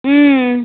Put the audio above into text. ம்